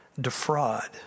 defraud